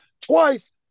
Twice